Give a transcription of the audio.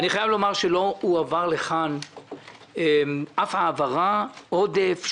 אני חייב לומר שלא הועברה לכאן אף העברה, עודף.